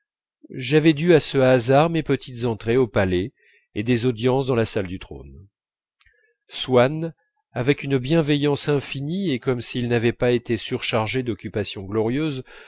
j'avais dû à ce hasard mes petites entrées au palais et des audiences dans la salle du trône swann avec une bienveillance infinie et comme s'il n'avait pas été surchargé d'occupations glorieuses